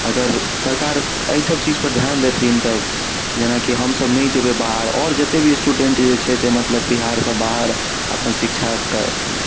अगर सरकार एहिसब चीजपर धिआन देथिन तऽ जेनाकि हमसब नहि जेबै बाहर आओर जतेक भी स्टूडेन्ट जे छै से मतलब बिहारसँ बाहर अपन शिक्षाके